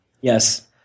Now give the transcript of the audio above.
Yes